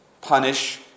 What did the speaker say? punish